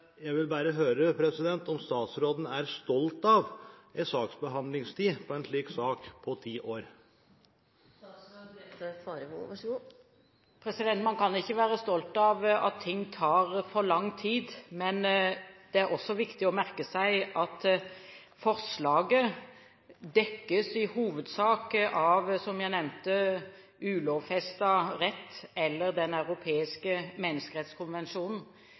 jeg vil bare høre om statsråden er stolt av en saksbehandlingstid av en slik sak på ti år. Man kan ikke være stolt av at ting tar for lang tid, men det er også viktig å merke seg at forslaget, som jeg nevnte, i hovedsak dekkes av ulovfestet rett eller Den europeiske menneskerettighetskonvensjon. Men det er et vanskelig tilgjengelig regelverk, som jeg